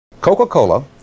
Coca-Cola